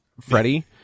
freddie